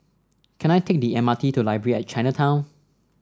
can I take the M R T to Library at Chinatown